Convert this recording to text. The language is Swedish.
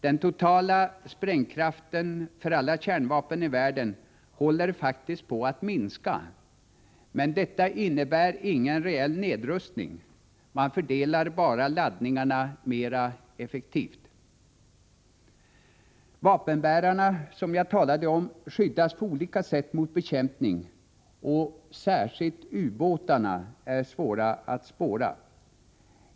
Den totala sprängkraften för alla kärnvapen i världen håller faktiskt på att minska, men detta innebär ingen reell nedrustning — man fördelar bara laddningarna mera effektivt. Vapenbärarna skyddas på olika sätt mot bekämpning, och särskilt ubåtarna är svåra att spåra.